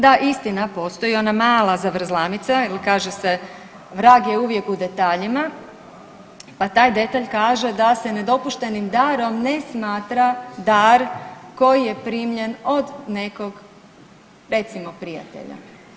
Da istina, postoji ona mala zavrzlamica ili kaže se vrag je uvijek u detaljima, pa taj detalj kaže da se nedopuštenim darom ne smatra dar koji je primljen od nekog recimo prijatelja.